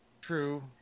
True